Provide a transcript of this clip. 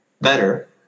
better